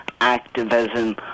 activism